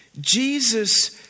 Jesus